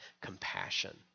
compassion